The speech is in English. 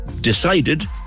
decided